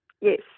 Yes